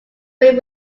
brain